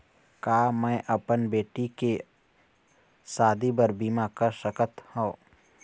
का मैं अपन बेटी के शादी बर बीमा कर सकत हव?